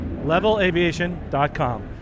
LevelAviation.com